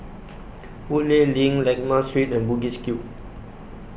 Woodleigh LINK Lakme Street and Bugis Cube